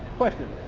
question.